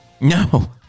No